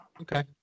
Okay